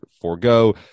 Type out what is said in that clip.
forego